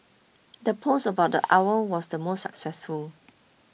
the post about the owl was the most successful